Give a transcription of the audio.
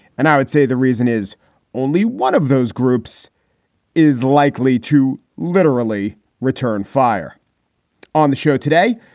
and i would say the reason is only one of those groups is likely to literally return fire on the show today.